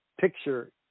picture